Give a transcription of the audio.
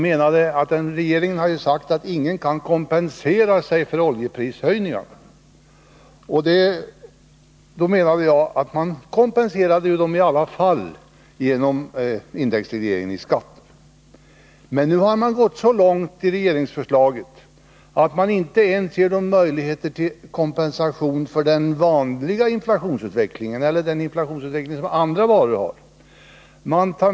Trots att regeringen hade sagt att ingen kunde kompensera sig för oljeprishöjningar, menade jag att man kompenserade sig för dem i alla fall, genom indexregleringen i skatten. Men nu har man gått så långt i regeringsförslaget att man inte ens ger möjligheter till kompensation för den vanliga inflationsutvecklingen, dvs. den inflationsutveckling som priserna på andra varor har.